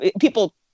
people